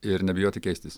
ir nebijoti keistis